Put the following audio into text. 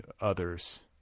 others